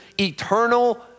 eternal